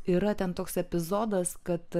yra ten toks epizodas kad